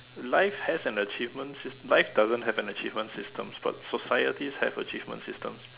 life has an achievement system life doesn't have an achievement system but society have achievement system